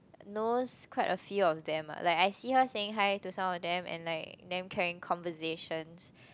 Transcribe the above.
knows quite a few of them ah like I see her saying hi to some of them and like them carrying conversations